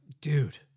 dude